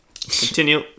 Continue